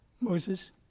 Moses